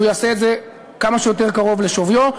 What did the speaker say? הוא יעשה את זה כמה שיותר קרוב לשוויו.